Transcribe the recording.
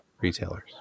retailers